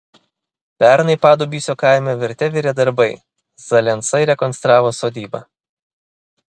pernai padubysio kaime virte virė darbai zalensai rekonstravo sodybą